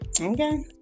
Okay